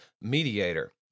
Mediator